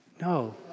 No